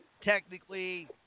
technically